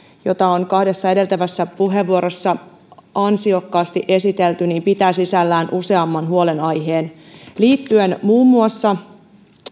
jota on kahdessa edeltävässä puheenvuorossa ansiokkaasti esitelty pitää sisällään useamman huolenaiheen liittyen muun muassa